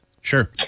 Sure